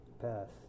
Pass